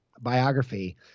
biography